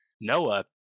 Noah